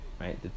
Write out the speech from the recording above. right